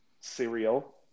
cereal